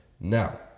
Now